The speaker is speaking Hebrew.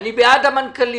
אני בעד המנכ"לית,